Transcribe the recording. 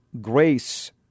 grace